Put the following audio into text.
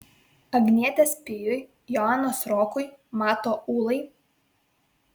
agnietės pijui joanos rokui mato ūlai